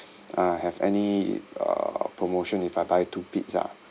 uh have any uh promotion if I buy two pizza